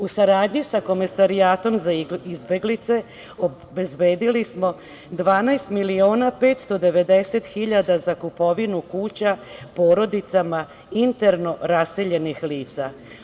U saradnji sa Komesarijatom za izbeglice obezbedili smo 12 miliona 590 hiljada za kupovinu kuća porodicama interno raseljenih lica.